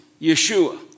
Yeshua